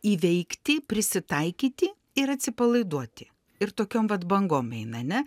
įveikti prisitaikyti ir atsipalaiduoti ir tokiom vat bangom eina ane